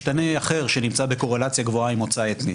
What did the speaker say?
משנה אחר שנמצא בקורלציה גבוהה היא מוצא אתני.